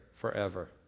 forever